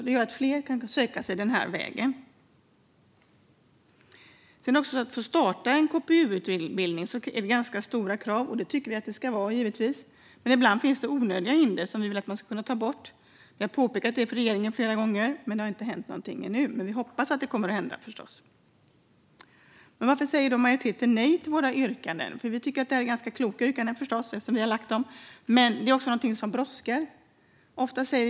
Det gör att fler kan söka sig till utbildningen den här vägen. Det är ganska höga krav för att få starta en KPU-utbildning, och det tycker vi givetvis att det ska vara. Men ibland finns det onödiga hinder som vi vill att man ska ta bort. Vi har påpekat det för regeringen flera gånger. Det har inte hänt någonting ännu, men vi hoppas förstås att det kommer att hända. Varför säger då majoriteten nej till våra yrkanden. Vi tycker ju förstås att det är ganska kloka yrkanden, eftersom vi har lagt dem. Det är också något som brådskar.